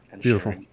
Beautiful